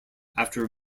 after